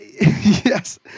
Yes